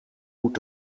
moet